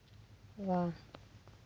वाह